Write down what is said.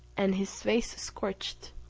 and his face scorched,